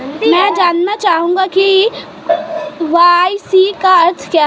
मैं जानना चाहूंगा कि के.वाई.सी का अर्थ क्या है?